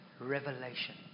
revelation